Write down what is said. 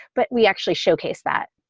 but we actually showcase that